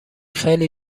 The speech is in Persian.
خیلی